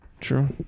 True